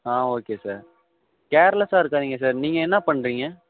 ஆ okay sir கேர்லெஸ்ஸாக இருக்காதீங்கள் sir நீங்கள் என்ன பண்ணுறீங்க